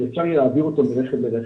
שאפשר יהיה להעביר אותו מרכב לרכב.